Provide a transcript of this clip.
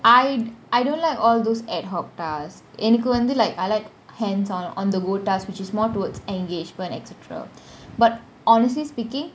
I I don't like all those ad hoc tasks என்னக்கு வந்து :ennaku vanthu like I like hands on on the go task which is more towards engagement et cetera but honestly speaking